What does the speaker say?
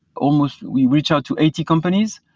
almost we reached out to eighty companies.